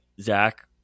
Zach